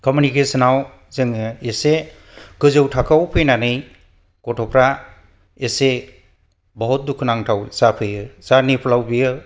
कमिउनिकेशनाव जोङो एसे गोजौ थाखोआव फैनानै गथ'फ्रा एसे बाहुत दुखुनांथाव जाफैयो जायनिफलाव बियो